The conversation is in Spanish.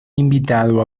invitado